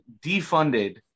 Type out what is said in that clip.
defunded